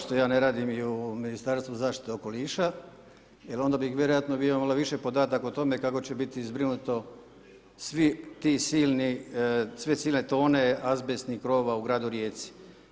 što ja ne radim i u Ministarstvu zaštite okoliša, jer onda bih vjerojatno bio malo više podataka o tome kako će biti zbrinuto svih ti slini, sve silne tone azbestnih krovova u Gradu Rijeci.